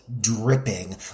dripping